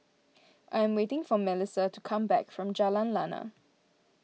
I am waiting for Mellisa to come back from Jalan Lana